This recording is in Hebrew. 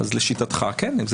אז לשיטתך כן.